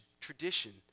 tradition